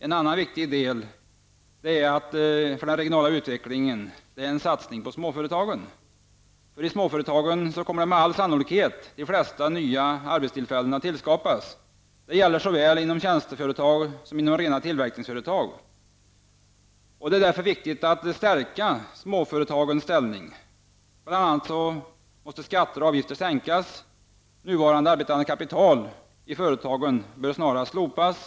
En annan viktig fråga för den regionala utvecklingen är en satsning på småföretagen. I småföretagen kommer med all sannolikhet de flesta nya arbetstillfällena att tillskapas. Detta gäller inom såväl tjänsteföretag som rena tillverkningsföretag. Därför är det viktigt att stärka småföretagens ställning. Bl.a. måste skatter och avgifter sänkas. Nuvarande förmögenhetsbeskattning på arbetande kapital bör snarast slopas.